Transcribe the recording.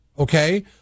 Okay